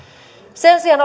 sen sijaan